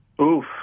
Oof